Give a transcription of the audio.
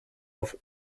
auf